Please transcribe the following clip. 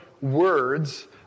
words